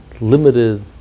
limited